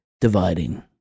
dividing